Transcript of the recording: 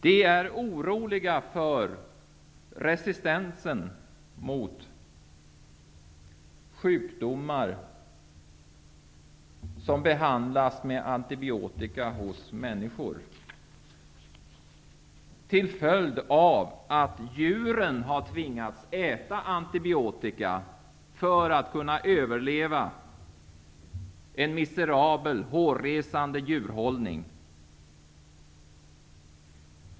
De är oroliga för att sjukdomar som behandlas med antibiotika hos människor, skall utveckla resistens till följd av att djuren har tvingats äta antibiotika för att kunna överleva en miserabel och hårresande djurhållning.